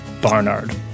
Barnard